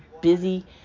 busy